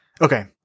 Okay